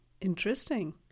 Interesting